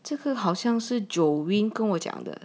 这个好像是 jolene 讲的